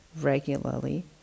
regularly